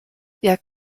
jak